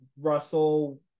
Russell